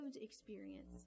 experience